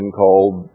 called